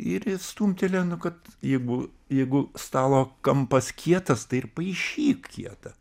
ir jis stumtelėjo nu kad jeigu jeigu stalo kampas kietas tai ir paišyk kietą